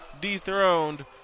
dethroned